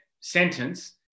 sentence